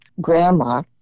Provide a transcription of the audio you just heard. grandma